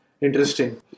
Interesting